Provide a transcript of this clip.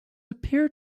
appear